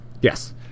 Yes